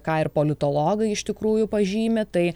ką ir politologai iš tikrųjų pažymi tai